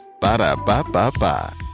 Ba-da-ba-ba-ba